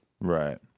Right